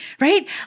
Right